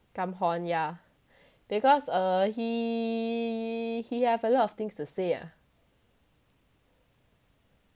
kamhon yeah because err he he have a lot of things to say ah